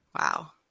Wow